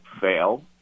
fail